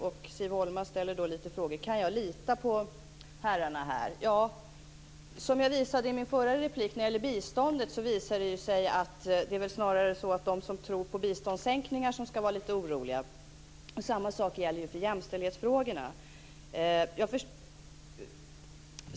Siv Holma frågar: Kan jag lita på herrarna här? Ja. Jag sade i min förra replik när det gäller biståndet att det visar sig att det snarare är de som tror på biståndssänkningar som ska vara oroliga. Samma sak gäller jämställdhetsfrågorna.